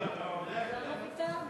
לא הבנתי.